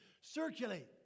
Circulate